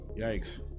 Yikes